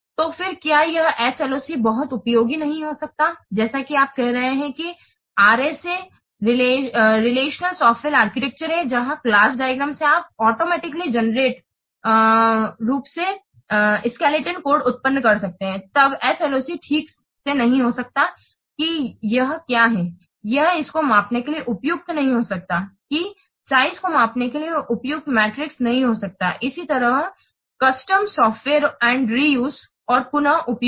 तो फिर क्या यह SLOC बहुत उपयोगी नहीं हो सकता है जैसे कि आप कह रहे हैं कि RSA रैशनल सॉफ्टवेयर आर्किटेक्ट हैं जहां क्लास डायग्राम से आप ऑटोमेटिकली गेनेराते रूप से स्केलेटल कोड उत्पन्न कर सकते हैं तब SLOC ठीक से नहीं हो सकता है कि यह क्या है यह इसको मापने के लिए उपयुक्त नहीं हो सकता है कि साइज को मापने के लिए उपयुक्त मीट्रिक नहीं हो सकता है इसी तरह कस्टम सॉफ्टवेयर और रेउसे customsoftware and reuse और पुन उपयोग